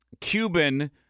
Cuban